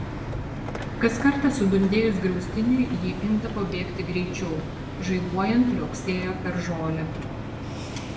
kas kartą sudundėjus griaustiniui ji imdavo bėgti greičiau žaibuojant liuoksėjo per žolę